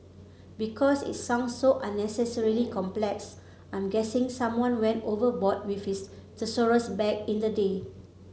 because it sounds so unnecessarily complex I'm guessing someone went overboard with his thesaurus back in the day